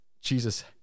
Jesus